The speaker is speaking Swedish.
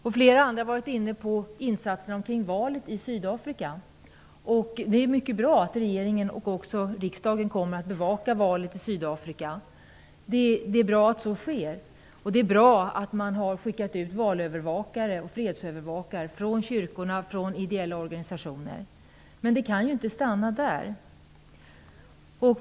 Flera andra talare har varit inne på insatserna i samband med valet i Sydafrika. Det är mycket bra att regeringen och också riksdagen kommer att bevaka valet i Sydafrika. Det är bra att det sker och att man har skickat ut valövervakare och fredsövervakare från kyrkor och ideella organisationer. Men vi kan inte stanna vid det.